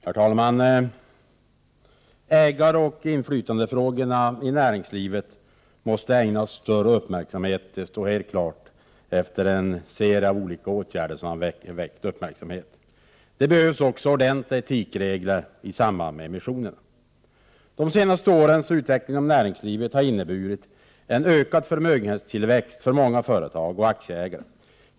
Herr talman! Ägaroch inflytandefrågorna i näringslivet måste ägnas större uppmärksamhet. Det står helt klart efter en serie av olika åtgärder som har väckt uppmärksamhet. Det behövs också ordentliga etikregler i samband med emissioner. De senaste årens utveckling inom näringslivet har inneburit en ökad förmögenhetstillväxt för många företag och aktieägare.